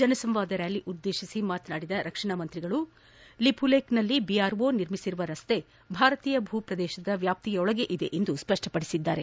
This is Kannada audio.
ಜನ ಸಂವಾದ್ ರ್್ಯಾಲಿ ಉದ್ಗೇಶಿಸಿ ಮಾತನಾಡಿದ ರಕ್ಷಣಾ ಸಚಿವರು ಲಿಪುಲೇಖ್ನಲ್ಲಿ ಬಿಆರ್ಒ ನಿರ್ಮಿಸಿರುವ ರಸ್ಲೆಯು ಭಾರತೀಯ ಭೂಪ್ರದೇಶ ವ್ಯಾಪ್ತಿಯೊಳಗಿದೆ ಎಂದು ಸ್ವಷ್ಪಪಡಿಸಿದರು